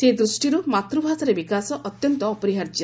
ସେ ଦୃଷ୍ଟିରୁ ମାତୃଭାଷାର ବିକାଶ ଅତ୍ୟନ୍ତ ଅପରିହାର୍ଯ୍ୟ